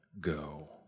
go